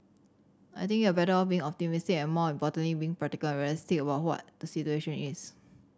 I think you're better off being optimistic and more importantly being practical and realistic about what the situation is